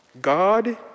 God